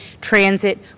transit